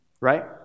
right